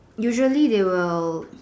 usually they will